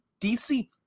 DC